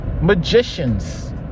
magicians